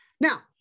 Now